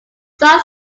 sun